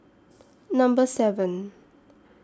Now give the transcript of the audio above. Number seven